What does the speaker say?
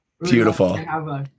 beautiful